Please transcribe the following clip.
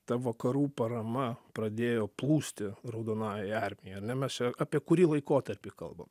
ta vakarų parama pradėjo plūsti raudonojoj armijoje ar ne mes čia apie kurį laikotarpį kalbam